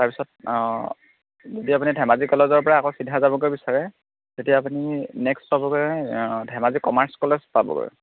তাৰপিছত যদি আপুনি ধেমাজি কলেজৰ পৰা আকৌ চিধা যাবগৈ বিচাৰে তেতিয়া আপুনি নেক্সট পাবগে ধেমাজি কমাৰ্চ কলেজ পাবগৈ